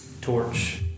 torch